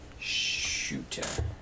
shooter